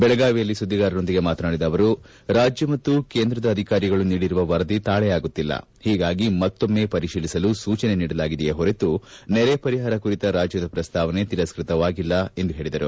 ಬೆಳಗಾವಿಯಲ್ಲಿ ಸುದ್ದಿಗಾರರೊಂದಿಗೆ ಮಾತನಾಡಿದ ಅವರು ರಾಜ್ಯ ಮತ್ತು ಕೇಂದ್ರದ ಅಧಿಕಾರಿಗಳು ನೀಡಿರುವ ವರದಿ ತಾಳೆಯಾಗುತ್ತಿಲ್ಲ ಹೀಗಾಗಿ ಮತ್ತೊಮ್ಮೆ ಪರಿಶೀಲಿಸಲು ಸೂಜನೆ ನೀಡಲಾಗಿದೆಯೇ ಹೊರತು ನೆರೆ ಪರಿಹಾರ ಕುರಿತ ರಾಜ್ಯದ ಪ್ರಸ್ತಾವನೆ ತಿರಸ್ನತವಾಗಿಲ್ಲ ಎಂದು ಹೇಳಿದರು